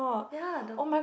ya the